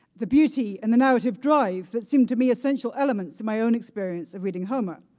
the beauty and the narrative drive that seemed to me essential elements to my own experience of reading homer.